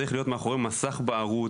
צריך להיות מאחורי מסך בהרות.